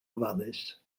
ofalus